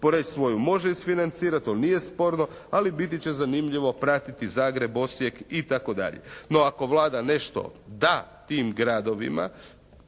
Poreč svoju može isfinancirati to nije sporno, ali biti će zanimljivo pratiti Zagreb, Osijek itd. No ako Vlada nešto da tim gradovima,